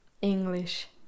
English